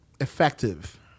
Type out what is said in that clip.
effective